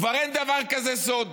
כבר אין דבר כזה סוד,